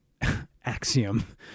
axiom